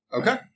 Okay